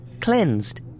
Cleansed